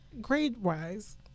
Grade-wise